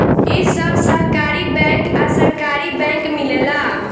इ सब सहकारी बैंक आ सरकारी बैंक मिलेला